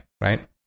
right